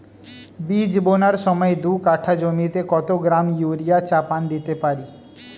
বীজ বোনার সময় দু কাঠা জমিতে কত গ্রাম ইউরিয়া চাপান দিতে পারি?